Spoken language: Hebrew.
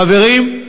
חברים,